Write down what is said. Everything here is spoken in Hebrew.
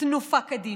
תנופה קדימה.